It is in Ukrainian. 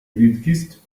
рідкість